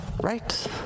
right